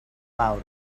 loud